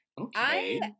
okay